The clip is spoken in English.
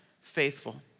faithful